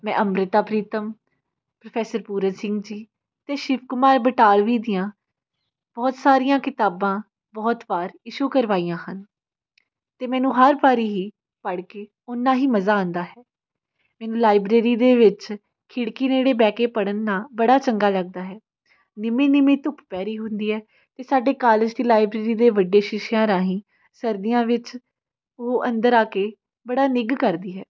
ਮੈਂ ਅੰਮ੍ਰਿਤਾ ਪ੍ਰੀਤਮ ਪ੍ਰੋਫੈਸਰ ਪੂਰਨ ਸਿੰਘ ਜੀ ਅਤੇ ਸ਼ਿਵ ਕੁਮਾਰ ਬਟਾਲਵੀ ਦੀਆਂ ਬਹੁਤ ਸਾਰੀਆਂ ਕਿਤਾਬਾਂ ਬਹੁਤ ਵਾਰ ਇਸ਼ੂ ਕਰਵਾਈਆਂ ਹਨ ਅਤੇ ਮੈਨੂੰ ਹਰ ਵਾਰੀ ਹੀ ਪੜ੍ਹ ਕੇ ਉਨਾ ਹੀ ਮਜ਼ਾ ਆਉਂਦਾ ਹੈ ਮੈਨੂੰ ਲਾਈਬ੍ਰੇਰੀ ਦੇ ਵਿੱਚ ਖਿੜਕੀ ਨੇੜੇ ਬਹਿ ਕੇ ਪੜ੍ਹਨ ਨਾਲ ਬੜਾ ਚੰਗਾ ਲੱਗਦਾ ਹੈ ਨਿੰਮੀ ਨਿੰਮੀ ਧੁੱਪ ਪੈ ਰਹੀ ਹੁੰਦੀ ਹੈ ਅਤੇ ਸਾਡੇ ਕਾਲਜ ਦੀ ਲਾਈਬ੍ਰੇਰੀ ਦੇ ਵੱਡੇ ਸ਼ੀਸ਼ਿਆਂ ਰਾਹੀਂ ਸਰਦੀਆਂ ਵਿੱਚ ਉਹ ਅੰਦਰ ਆ ਕੇ ਬੜਾ ਨਿੱਘ ਕਰਦੀ ਹੈ